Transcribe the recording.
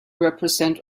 represent